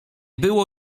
było